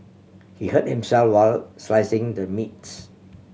he hurt while slicing the meats